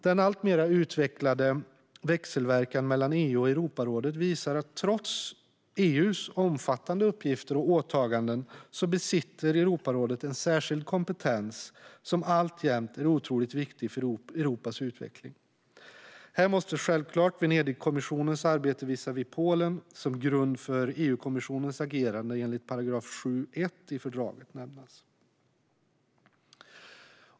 Den alltmer utvecklade växelverkan mellan EU och Europarådet visar att trots EU:s omfattande uppgifter och åtaganden besitter Europarådet en särskild kompetens som alltjämt är otroligt viktig för Europas utveckling. Här måste självklart Venedigkommissionens arbete visavi Polen som grund för EU-kommissionens agerande enligt artikel 7.1 i fördraget nämnas.